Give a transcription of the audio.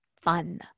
fun